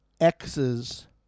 X's